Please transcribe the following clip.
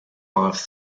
life